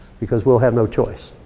because we'll have no choice.